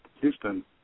Houston